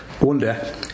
wonder